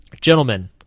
Gentlemen